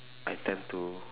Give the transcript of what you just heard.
I tend to